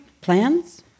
Plans